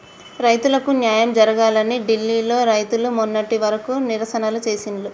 రైతులకు న్యాయం జరగాలని ఢిల్లీ లో రైతులు మొన్నటి వరకు నిరసనలు చేసిండ్లు